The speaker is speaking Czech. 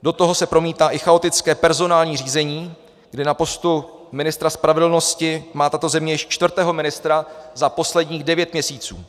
Do toho se promítá i chaotické personální řízení, kde na postu ministra spravedlnosti má tato země již čtvrtého ministra za posledních devět měsíců.